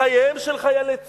בחייהם של חיילי צה"ל,